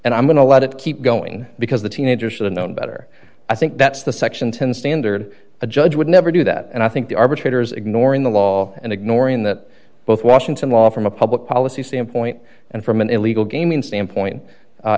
and i'm going to let it keep going because the teenager should've known better i think that's the section ten standard a judge would never do that and i think the arbitrators ignoring the law and ignoring that both washington law from a public policy standpoint and from an illegal gaming standpoint